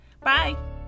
Bye